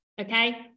okay